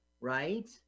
right